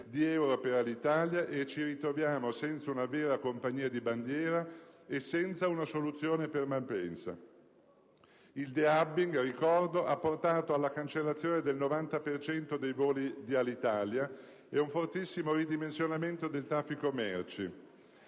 Il *de-hubbing* ha portato alla cancellazione del 90 per cento dei voli di Alitalia e ad un fortissimo ridimensionamento del traffico merci.